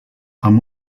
amb